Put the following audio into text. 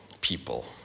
people